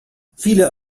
viele